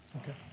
Okay